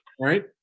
right